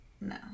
no